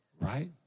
Right